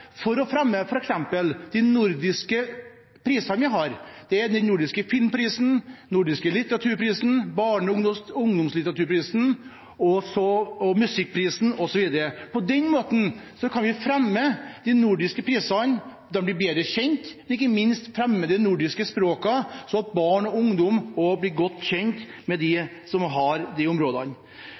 for å fremme f.eks. de nordiske prisene vi har: filmprisen, litteraturprisen, barne- og ungdomslitteraturprisen, musikkprisen osv. På denne måten fremmer vi de nordiske prisene, de blir bedre kjent, men ikke minst fremmes de nordiske språkene, sånn at barn og ungdom blir godt kjent med dem. Dette ble godt mottatt av de